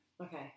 Okay